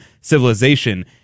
civilization